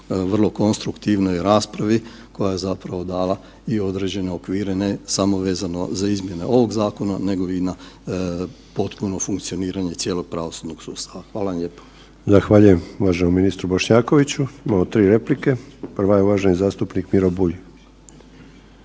vrlo konstruktivnoj raspravi koja je dala i određene okvire, ne samo vezano za izmjene ovog zakona nego i na potpuno funkcioniranje cijelog pravosudnog sustava. Hvala lijepo. **Sanader, Ante (HDZ)** Zahvaljujem uvaženom ministru Bošnjakoviću. Imamo tri replike, prva je uvaženi zastupnik Miro Bulj.